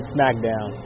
SmackDown